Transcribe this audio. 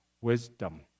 wisdom